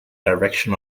direction